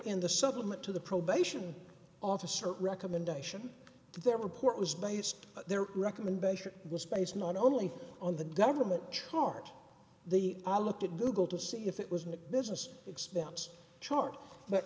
in the supplement to the probation officer recommendation their report was based their recommendation was based not only on the government chart the i looked at google to see if it was a business expense chart but